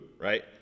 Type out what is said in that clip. right